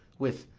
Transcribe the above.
with,